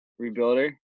Rebuilder